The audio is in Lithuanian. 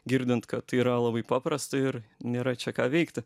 girdint kad tai yra labai paprasta ir nėra čia ką veikti